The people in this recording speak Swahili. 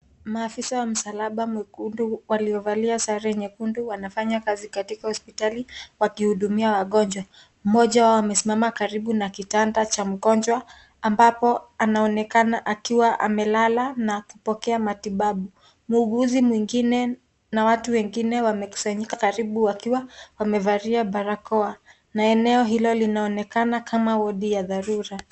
Maafisa wa msalaba mwekundu waliaovalia mavazi mekundu wanafanya kazi katika hospitali wakihudumia wangonjwa ,mmojja wao amesimama karibu na kitanda cha mgonjwa ambapo anaonekana akiwa amelala na kupokea matibabu, muuguzi mwingine na watu wengine wamekusanyika karibu wakiwa wamevalia barakoa na eneo hilo linaonekana kama wadi ya dharura.